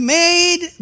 made